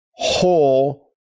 whole